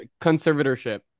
conservatorship